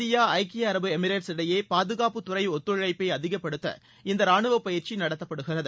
India ஐக்கிய அரபு Emirates இடையே பாதுகாப்புத்துறை ஒத்துழைப்பை அதிகப்படுத்த இந்த ரானுவ பயிற்சி நடத்தப்படுகிறது